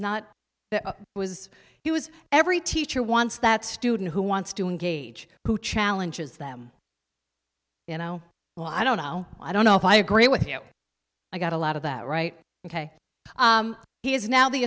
not that was he was every teacher wants that student who wants to engage who challenges them you know well i don't know i don't know if i agree with you i got a lot of that right ok he is now the